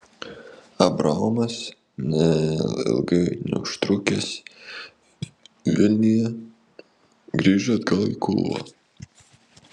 abraomas ilgai neužtrukęs vilniuje grįžo atgal į kulvą